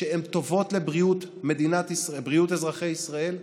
שטובות לבריאות אזרחי ישראל.